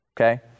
Okay